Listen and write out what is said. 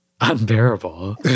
unbearable